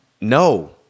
No